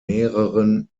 mehreren